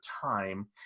time